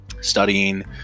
studying